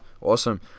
Awesome